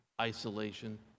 isolation